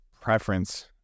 preference